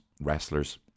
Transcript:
wrestlers